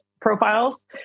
profiles